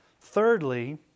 Thirdly